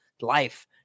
life